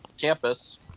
campus